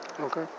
Okay